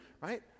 right